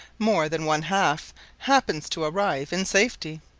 more than one-half happens to arrive in safety.